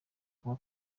kuba